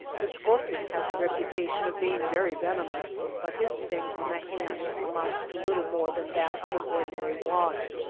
the scorpion has the reputation of being very venomous but his sting on the hand amounts to little more than that of an ordinary wasp.